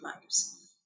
lives